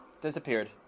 disappeared